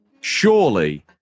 Surely